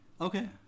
Okay